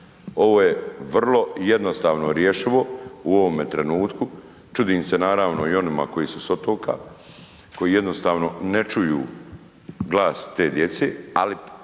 Ovo je vrlo jednostavno rješivo u ovome trenutku, čudim se, naravno i onima koji su s otoka, koji jednostavno ne čuju glas te djece, ali